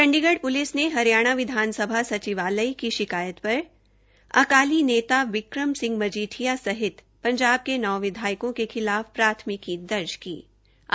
Chandigarh police ने हरियाणा विधानसभा सचिवालय की शिकायत पर अकाली नेता बिक्रम सिंह मजीठिया सहित नौ विधायकों के खिलाफ प्राथमिकी दर्ज की है